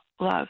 love